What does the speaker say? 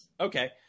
Okay